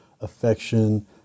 affection